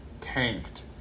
tanked